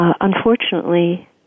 Unfortunately